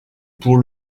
pour